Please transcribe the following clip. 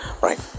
Right